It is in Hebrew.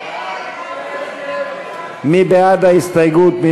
מי בעד ההסתייגות?